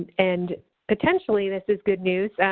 and potentially, this is good news.